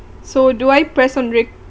so do I press on